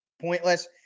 Pointless